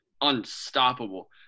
unstoppable